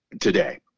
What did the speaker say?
today